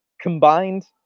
combined